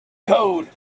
code